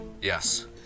Yes